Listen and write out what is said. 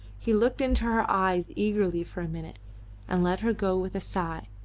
he looked into her eyes eagerly for a minute and let her go with a sigh,